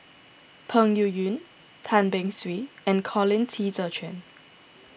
Peng Yuyun Tan Beng Swee and Colin Qi Zhe Quan